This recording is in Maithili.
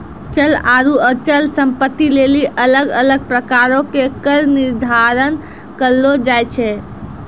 चल आरु अचल संपत्ति लेली अलग अलग प्रकारो के कर निर्धारण करलो जाय छै